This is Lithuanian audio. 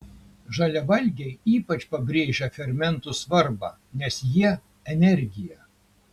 žaliavalgiai ypač pabrėžia fermentų svarbą nes jie energija